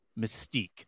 mystique